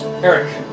Eric